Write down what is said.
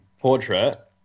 portrait